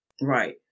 Right